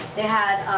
they had